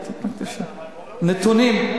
נתונים.